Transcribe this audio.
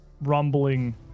rumbling